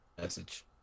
message